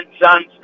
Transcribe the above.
Sons